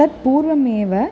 तत्पूर्वमेव